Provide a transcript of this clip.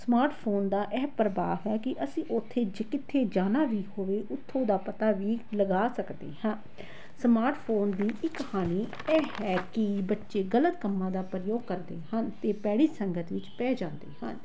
smartphone ਦਾ ਅਹਿਮ ਪ੍ਰਭਾਵ ਹੈ ਕਿ ਅਸੀਂ ਉੱਥੇ ਜੇ ਕਿੱਥੇ ਜਾਣਾ ਵੀ ਹੋਵੇ ਉੱਥੋਂ ਦਾ ਪਤਾ ਵੀ ਲਗਾ ਸਕਦੇ ਹਾਂ ਸਮਾਰਟਫੋਨ ਦੀ ਇੱਕ ਹਾਨੀ ਇਹ ਹੈ ਕਿ ਬੱਚੇ ਗਲਤ ਕੰਮਾਂ ਦਾ ਪ੍ਰਯੋਗ ਕਰਦੇ ਹਨ ਅਤੇ ਭੈੜੀ ਸੰਗਤ ਵਿੱਚ ਪੈ ਜਾਂਦੇ ਹਨ